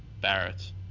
Barrett